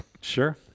Sure